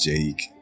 Jake